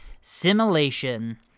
Simulation